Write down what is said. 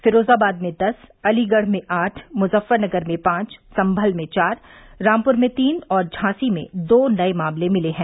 फिरोजाबाद में दस अलीगढ़ में आठ मुजफ्फरनगर में पांच संभल में चार रामपुर में तीन और झांसी में दो नए मामले मिले हैं